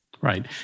right